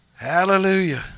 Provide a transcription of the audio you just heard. Hallelujah